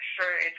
sure